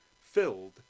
filled